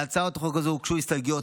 להצעת החוק הזאת הוגשו הסתייגויות.